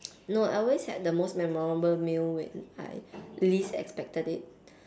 no I always had the most memorable meal when I least expected it